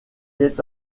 est